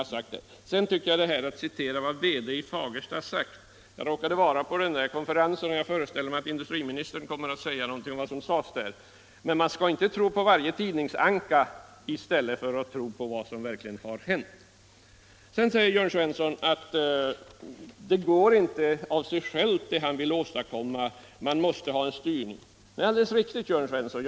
När det gäller citatet från det som Fagerstas VD sagt vill jag nämna att jag råkade vara närvarande på konferensen i fråga. Jag föreställer mig att industriministern kommer att säga någonting om vad som där förekom. Men man skall inte tro på varje tidningsanka utan i stället försöka ta reda på vad som verkligen har hänt. Jörn Svensson säger att det som han vill åstadkomma inte kommer av sig självt, utan man måste styra åtgärderna. Det är alldeles riktigt, Jörn Svensson.